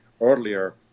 earlier